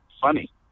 funny